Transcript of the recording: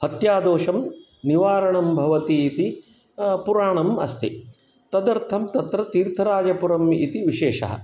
हत्यादोषं निवारणं भवति इति पुराणम् अस्ति तदर्थं तत्र तीर्थराजपुरम् इति विशेषः